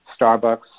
Starbucks